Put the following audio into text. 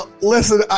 Listen